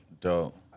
Dope